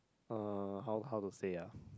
uh how how to say ah